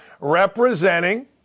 representing